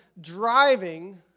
driving